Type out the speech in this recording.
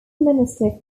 minister